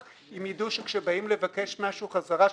אם יידעו שכאשר באים לבקש משהו בחזרה,